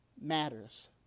matters